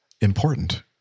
important